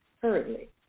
currently